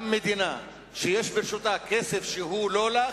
גם מדינה שיש ברשותה כסף שהוא לא לה,